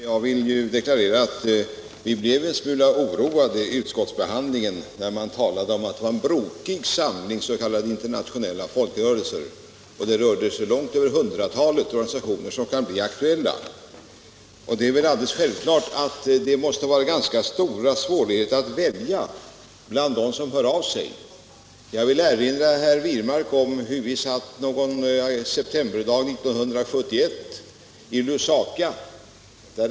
Herr talman! Jag vill deklarera att vi vid utskottsbehandlingen blev en smula oroade när man talade om ”en brokig samling s.k. internationella folkrörelser” och om att långt över hundratalet organisationer kan bli aktuella. Det är väl alldeles självklart att det måste bli ganska stora svårigheter att välja bland dem som hör av sig. Jag vill erinra herr Wirmark om hur det var när vi i september 1971 var i Lusaka.